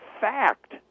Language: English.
fact